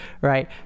right